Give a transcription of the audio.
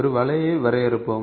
ஒரு வளைவை வரையறுப்போம்